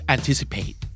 Anticipate